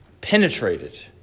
penetrated